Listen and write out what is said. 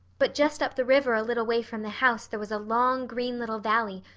but just up the river a little way from the house there was a long green little valley,